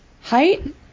height